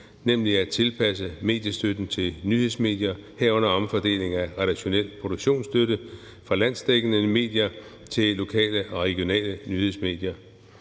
altså at tilpasse mediestøtten til nyhedsmedier, herunder omfordeling af redaktionel produktionsstøtte fra landsdækkende medier til lokale og regionale nyhedsmedier.